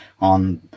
on